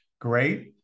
great